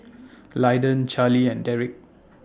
Lyndon Charlie and Derik